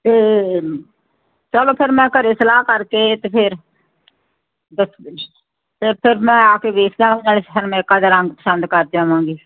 ਤੇ ਚਲੋ ਫਿਰ ਮੈਂ ਘਰੇ ਸਲਾਹ ਕਰਕੇ ਤੇ ਫਿਰ ਮੈਂ ਆ ਕੇ ਵੇਖਦਾ ਸਰਮਾਕਾ ਦਾ ਰੰਗ ਪਸੰਦ ਕਰ ਜਾਵਾਂਗੀ